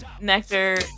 Nectar